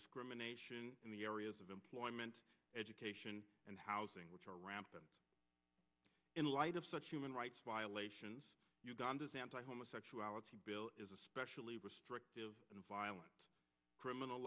discrimination in the areas of employment education and housing which are rampant in light of such human rights violations uganda's anti homosexuality bill is especially restrictive in violent criminal